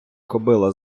кобила